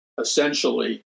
essentially